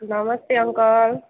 नमस्ते अङ्कल